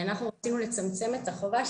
אנחנו רצינו לצמצם את החובה,